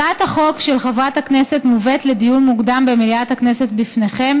הצעת החוק של חברת הכנסת מובאת לדיון מוקדם במליאת הכנסת בפניכם